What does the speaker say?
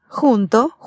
Junto